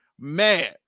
mad